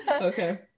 Okay